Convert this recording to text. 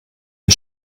die